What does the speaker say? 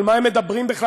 על מה הם מדברים בכלל,